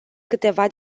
câteva